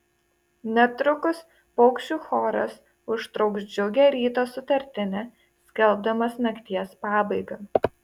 netrukus paukščių choras užtrauks džiugią ryto sutartinę skelbdamas nakties pabaigą